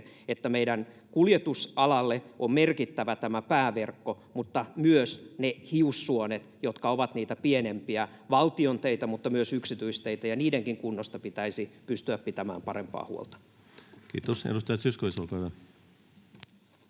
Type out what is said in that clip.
että meidän kuljetusalalle on merkittävä tämä pääverkko mutta myös ne hiussuonet, jotka ovat niitä pienempiä valtion teitä mutta myös yksityisteitä, ja niidenkin kunnosta pitäisi pystyä pitämään parempaa huolta. Kiitos. — Edustaja Zyskowicz, olkaa hyvä.